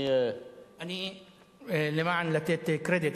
לתת קרדיט,